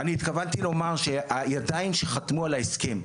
אני התכוונתי לומר שהידיים שחתמו על ההסכם,